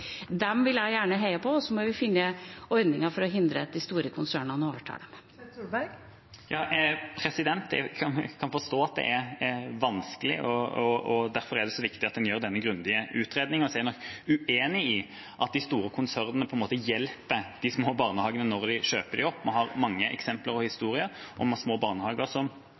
dem vil jeg gjerne heie på. Vi må finne ordninger for å hindre at de store konsernene overtar. Torstein Tvedt Solberg – til oppfølgingsspørsmål. Jeg kan forstå at det er vanskelig, derfor er det så viktig at en gjør denne grundige utredningen. Jeg er uenig i at de store konsernene på en måte hjelper de små barnehagene når de kjøper dem opp. Vi har mange eksempler og historier om små barnehager som